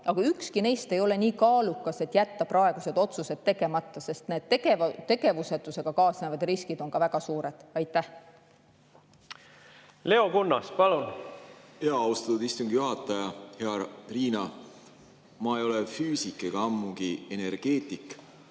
aga ükski neist ei ole nii kaalukas, et jätta praegused otsused tegemata, sest tegevusetusega kaasnevad riskid on ka väga suured. Leo Kunnas, palun! Leo Kunnas, palun! Austatud istungi juhataja! Hea Riina! Ma ei ole füüsik ega ammugi mitte energeetik.